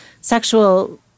sexual